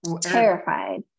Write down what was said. Terrified